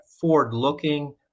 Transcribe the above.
forward-looking